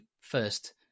first